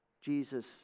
Jesus